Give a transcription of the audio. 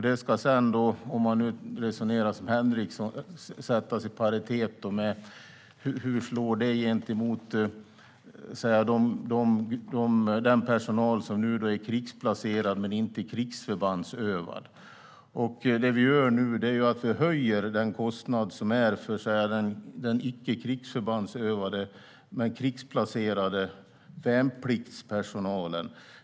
Detta ska, om man resonerar som Henriksson, sättas i paritet med hur det slår gentemot den personal som är krigsplacerad men inte krigsförbandsövad. Det vi gör nu är att höja kostnaden för den icke krigsförbandsövade men krigsplacerade värnpliktspersonalen.